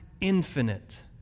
infinite